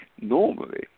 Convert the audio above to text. normally